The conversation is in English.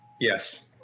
Yes